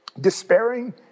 Despairing